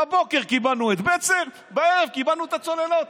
בבוקר קיבלנו את בצר, בערב קיבלנו את הצוללות.